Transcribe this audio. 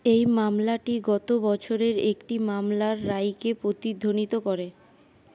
এই মামলাটি গত বছরের একটি মামলার রায়কে প্রতিধ্বনিত করে